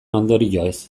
ondorioez